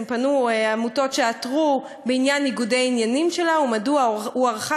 העמותות שעתרו פנו בעניין ניגודי עניינים שלה ומדוע הוארכה